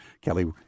Kelly